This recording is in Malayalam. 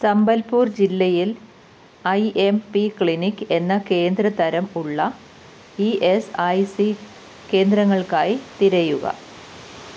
സംബൽപൂർ ജില്ലയിൽ ഐ എം പി ക്ലിനിക് എന്ന കേന്ദ്രതരം ഉള്ള ഇ എസ് ഐ സി കേന്ദ്രങ്ങൾക്കായി തിരയുക